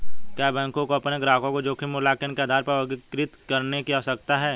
क्या बैंकों को अपने ग्राहकों को जोखिम मूल्यांकन के आधार पर वर्गीकृत करने की आवश्यकता है?